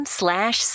slash